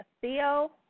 Theo